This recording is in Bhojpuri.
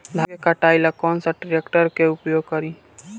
धान के कटाई ला कौन सा ट्रैक्टर के उपयोग करी?